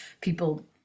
people